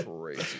crazy